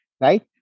right